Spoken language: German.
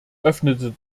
öffnete